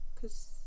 cause